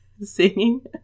singing